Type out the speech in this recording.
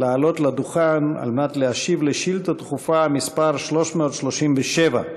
לעלות לדוכן על מנת להשיב על שאילתה דחופה מס' 337,